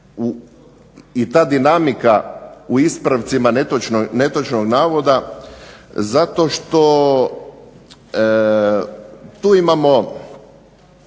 i ta dinamika u ispravci netočnog navoda zato što tu imamo,